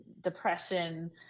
depression